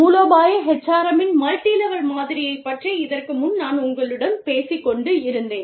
மூலோபாய HRM இன் multilevel மாதிரியைப் பற்றி இதற்கு முன்பு நான் உங்களுடன் பேசிக் கொண்டிருந்தேன்